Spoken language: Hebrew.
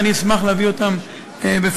ואני אשמח להביא אותן בפניך.